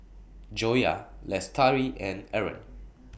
Joyah Lestari and Aaron